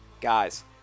Guys